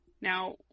Now